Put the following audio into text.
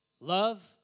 love